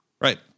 Right